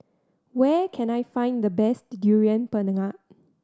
where can I find the best Durian Pengat